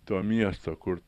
to miesto kur